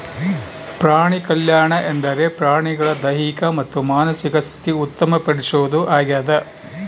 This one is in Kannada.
ಪ್ರಾಣಿಕಲ್ಯಾಣ ಎಂದರೆ ಪ್ರಾಣಿಗಳ ದೈಹಿಕ ಮತ್ತು ಮಾನಸಿಕ ಸ್ಥಿತಿ ಉತ್ತಮ ಪಡಿಸೋದು ಆಗ್ಯದ